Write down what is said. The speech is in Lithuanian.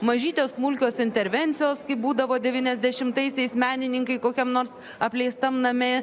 mažytės smulkios intervencijos kaip būdavo devyniasdešimtaisiais menininkai kokiam nors apleistam name